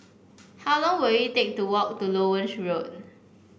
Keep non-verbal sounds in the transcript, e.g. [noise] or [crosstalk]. how long will it take to walk to Loewen [unintelligible] Road